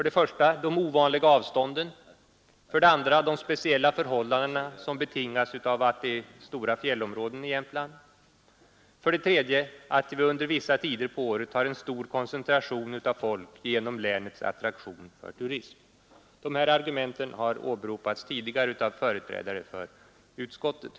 Det första skälet är de långa avstånden, det andra är de speciella förhållanden som betingas av de stora fjällområdena i Jämtland, och det tredje skälet är att vi under vissa tider av året har en stor koncentration av människor häruppe genom att länet är mycket attraktivt för turister. Dessa argument har tidigare åberopats av företrädare för utskottet.